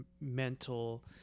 mental